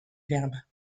verbe